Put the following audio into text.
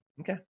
okay